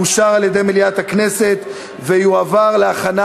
אושרה על-ידי מליאת הכנסת ותועבר להכנה